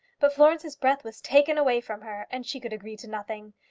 but florence's breath was taken away from her, and she could agree to nothing.